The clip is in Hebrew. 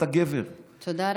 אתה גבר,